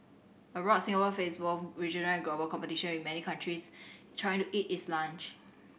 abroad Singapore face both regional and global competition with many countries trying to eat its lunch